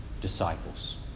disciples